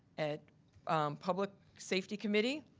at public safety committee.